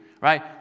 right